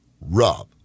Rob